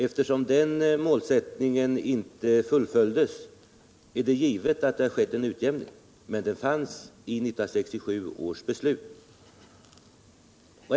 Eftersom den målsättningen inte fullföljdes, är det givet att det har skett en utjämning, men den fanns i 1967 års beslut.